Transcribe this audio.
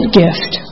gift